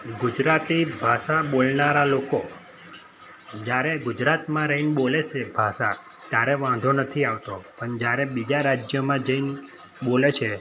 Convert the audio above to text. ગુજરાતી ભાષા બોલનારા લોકો જ્યારે ગુજરાતમાં રહીને બોલે છે ભાષા ત્યારે વાંધો નથી આવતો પણ જ્યારે બીજા રાજ્યમાં જઈને બોલે છે